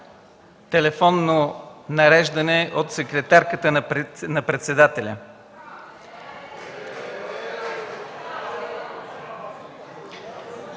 телефонно нареждане от секретарката на председателя.